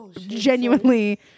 genuinely